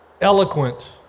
eloquent